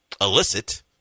illicit